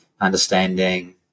understanding